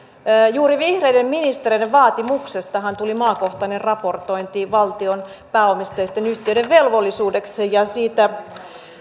juuri vihreiden ministereiden vaatimuksestahan tuli maakohtainen raportointi valtion pääomisteisten yhtiöiden velvollisuudeksi ja siitä